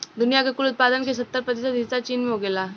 दुनिया के कुल उत्पादन के सत्तर प्रतिशत हिस्सा चीन में उगेला